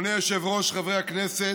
אדוני היושב-ראש, חברי הכנסת,